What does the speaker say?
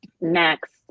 next